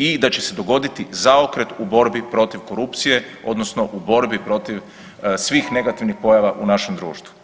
i da će se dogoditi zaokret u borbi protiv korupcije, odnosno u borbi protiv svih negativnih pojava u našem društvu.